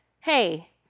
hey